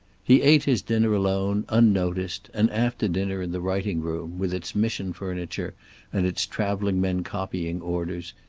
he ate his dinner alone, unnoticed, and after dinner, in the writing room, with its mission furniture and its traveling men copying orders,